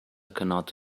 cannot